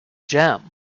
jam